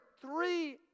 three